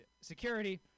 Security